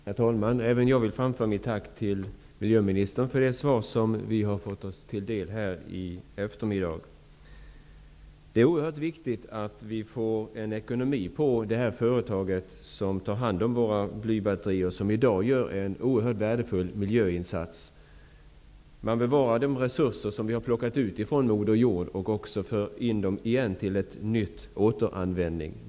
Herr talman! Även jag vill framföra mitt tack till miljöministern för det svar som vi har fått oss till del här i eftermiddag. Det är oerhört viktigt att det företag som tar hand om våra blybatterier och som i dag gör en oerhört värdefull miljöinsats blir lönsamt. Man bevarar de resurser som vi har plockat ur Moder jord och återanvänder dem.